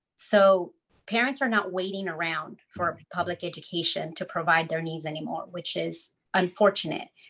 so parents are not waiting around for public education to provide their needs anymore, which is unfortunate.